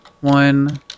one